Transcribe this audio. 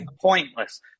pointless